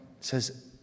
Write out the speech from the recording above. Says